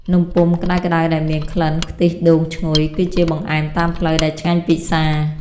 នំពុម្ពក្តៅៗដែលមានក្លិនខ្ទិះដូងឈ្ងុយ គឺជាបង្អែមតាមផ្លូវដែលឆ្ងាញ់ពិសា។